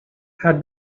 had